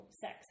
sex